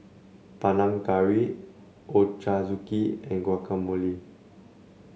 Panang Curry Ochazuke and Guacamole